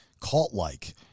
cult-like